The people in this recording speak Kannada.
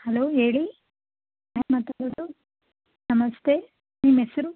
ಹಲೋ ಹೇಳಿ ಯಾರು ಮಾತಾಡೋದು ನಮಸ್ತೆ ನಿಮ್ಮೆಸರು